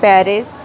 Paris